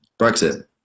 Brexit